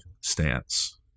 stance